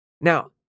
Now